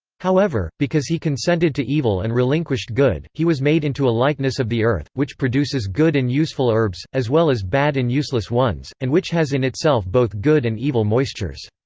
however, because he consented to evil and relinquished good, he was made into a likeness of the earth, which produces good and useful herbs, as well as bad and useless ones, and which has in itself both good and evil moistures.